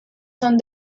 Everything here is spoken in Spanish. son